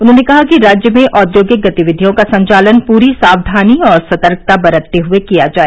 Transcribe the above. उन्होंने कहा कि राज्य में औद्योगिक गतिविधियों का संचालन पूरी सावधानी और सतर्कता बरतते हुए किया जाए